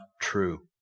true